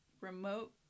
Remote